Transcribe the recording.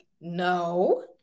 no